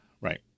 Right